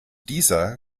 dieser